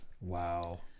Wow